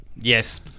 Yes